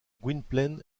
gwynplaine